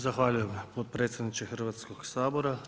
Zahvaljujem potpredsjedniče Hrvatskog sabora.